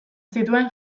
zituen